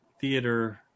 theater